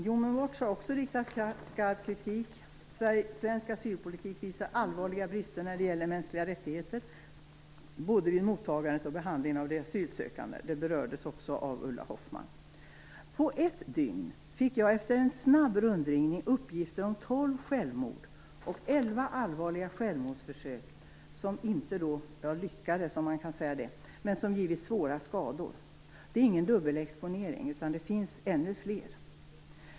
Human Rights Watch har också riktat skarp kritik: Svensk asylpolitik visar allvarliga brister när det gäller mänskliga rättigheter, både vid mottagandet och vid behandlingen av de asylsökande. Detta berördes också av Ulla Hoffmann. På ett dygn fick jag efter en snabb rundringning uppgifter om tolv självmord och elva allvarliga självmordsförsök som inte lyckats, om man nu kan säga det, men som givit svåra skador. Detta är inte någon dubbelexponering, utan det finns ännu fler.